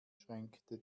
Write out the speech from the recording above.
schränkte